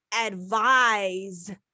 advise